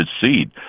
seed